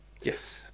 yes